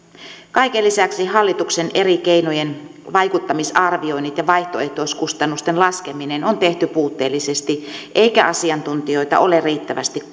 kaiken lisäksi hallituksen eri keinojen vaikuttamisarvioinnit ja vaihtoehtoiskustannusten laskeminen on tehty puutteellisesti eikä asiantuntijoita ole riittävästi